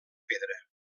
pedra